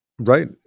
Right